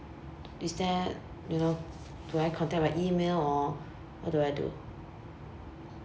is there you know do I contact by email or what do I do